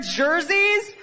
jerseys